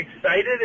excited